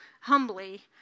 humbly